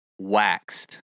waxed